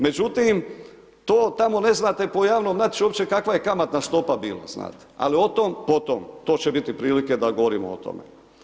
Međutim, tamo ne znate po javnom natječaju uopće kakva je kamatna stopa bila znate, ali o tom potom, to će biti prilike da govorimo o tome.